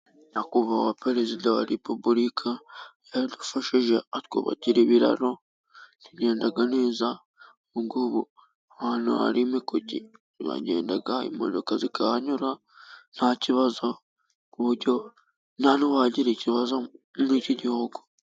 Nyakubahwa Perezida wa Repubulika yaradufashije atwubakira ibiraro tugenda neza, ubu ngubu ahantu hari imikoki turahagenda, imodoka zikahanyura nta kibazo, ku buryo nta n'uwagira ikibazo muri iki gihugu.